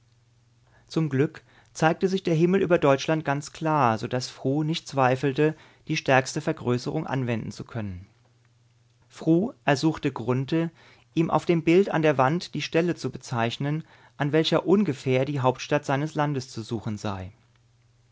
zum glück zeigte sich der himmel über deutschland ganz klar so daß fru nicht zweifelte die stärkste vergrößerung anwenden zu können fru ersuchte grunthe ihm auf dem bild an der wand die stelle zu bezeichnen an welcher ungefähr die hauptstadt seines landes zu suchen sei